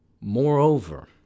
Moreover